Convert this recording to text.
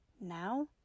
Now